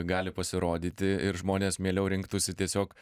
gali pasirodyti ir žmonės mieliau rinktųsi tiesiog